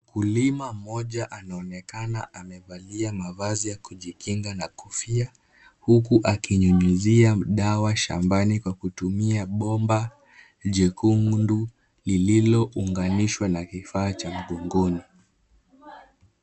Mkulima mmoja anaonekana amevalia mavazi ya kujikinga na kofia, huku akinyunyuzia dawa shambani kwa kutumia bomba jekundu lilolounganishwa na kifaa cha mgongoni.